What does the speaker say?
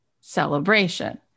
celebration